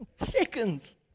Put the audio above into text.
Seconds